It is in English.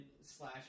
slash